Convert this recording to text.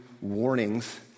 warnings